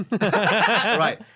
Right